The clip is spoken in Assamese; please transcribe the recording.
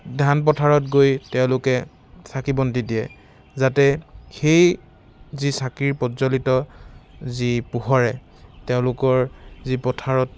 ধান পথাৰত গৈ তেওঁলোকে চাকি বন্তি দিয়ে যাতে সেই চাকিৰ যি প্ৰজ্জ্বলিত যি পোহৰে তেওঁলোকৰ যি পথাৰত